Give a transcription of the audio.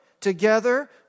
together